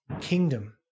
kingdom